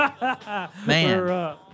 Man